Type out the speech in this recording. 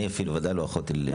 בוודאי לא יכולתי להיכנס לפרטים.